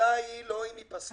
השאלה היא לא אם היא פסלה אלא השאלה